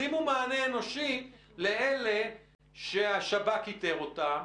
שימו מענה אנושי לאלה שהשב"כ איתר אותם